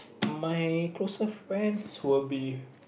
my closer friends would be